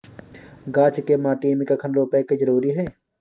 गाछ के माटी में कखन रोपय के जरुरी हय?